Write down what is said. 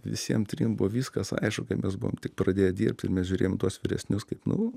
visiem trim buvo viskas aišku kai mes buvom tik pradėję dirbt ir mes žiūrėjom į tuos vyresnius kaip nu